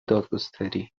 دادگستری